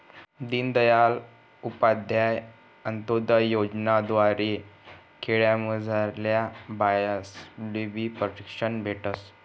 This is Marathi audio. दीनदयाल उपाध्याय अंतोदय योजना द्वारे खेडामझारल्या बायास्लेबी प्रशिक्षण भेटस